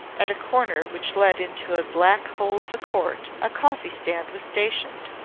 at a corner which led into a black hole of a court, a coffee-stand was stationed,